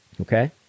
okay